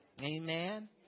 amen